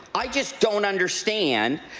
i just don't understand.